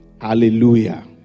Hallelujah